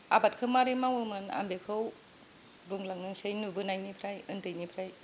आबादखो माबोरै मावोमोन आं बेखौ बुंलांनोसै नुबोनायनिफ्राय उन्दैनिफ्राय